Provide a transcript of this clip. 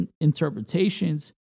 interpretations